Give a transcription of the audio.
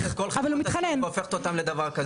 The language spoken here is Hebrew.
את לוקחת את כל חברות הסיעוד והופכת אותם לדבר כזה.